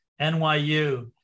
NYU